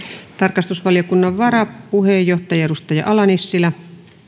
tarkastusvaliokunnan varapuheenjohtaja edustaja ala nissilä arvoisa